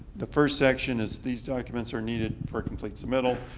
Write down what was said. the first section is these documents are needed for complete submittal.